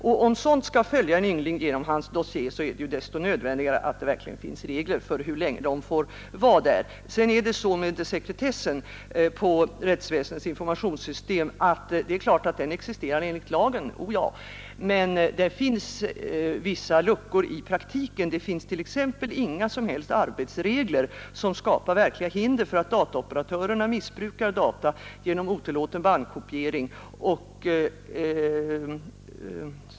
Om något sådant skall följa en yngling i hans dossié är det desto nödvändigare att det verkligen finns regler för hur länge uppgifterna skall få stå kvar. Sekretessen inom rättsväsendets informationssystem existerar naturligtvis enligt lagen, o ja, men det finns i praktiken vissa luckor. Det finns t.ex. inga som helst arbetsregler som skapar verkliga hinder för att 33 dataoperatörerna kan missbruka data genom otillåten bandkopiering.